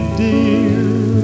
dear